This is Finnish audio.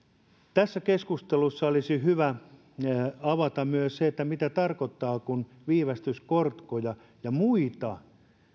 tässä keskustelussa olisi hyvä avata myös mitä tarkoittaa kun viivästyskorkoja ja muita